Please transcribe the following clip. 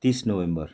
तिस नोभेम्बर